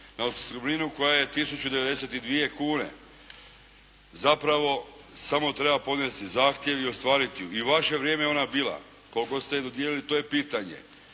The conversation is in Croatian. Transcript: na opskrbninu koja je tisuću i 92 kune. Zapravo, samo treba podnijeti zahtjev i ostvariti i u vaše je vrijeme ona bila, koliko ste je dodijelili, to je pitanje.